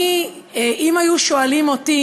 אני, אם היו שואלים אותי,